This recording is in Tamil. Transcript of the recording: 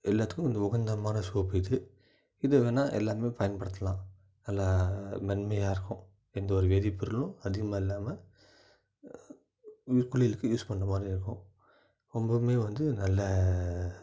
எல்லாத்துக்கும் இது உகந்தமான சோப்பு இது இது வேணால் எல்லாேருமே பயன்படுத்தலாம் நல்லா மென்மையாக இருக்கும் எந்த ஒரு வேதிப்பொருளும் அதிகமாக இல்லாமல் இது குளியலுக்கு யூஸ் பண்ணுற மாதிரி இருக்கும் ரொம்பவுமே வந்து நல்ல